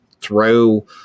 throw